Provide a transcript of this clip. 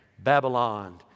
Babylon